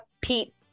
Pete